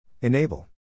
Enable